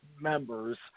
members